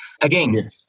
Again